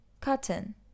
Cotton